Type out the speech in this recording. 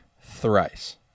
thrice